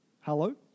Hello